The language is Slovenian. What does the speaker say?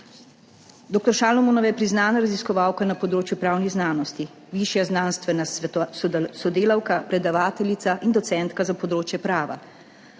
Dr. Šalamonova je priznana raziskovalka na področju pravnih znanosti, višja znanstvena sodelavka, predavateljica in docentka za področje prava.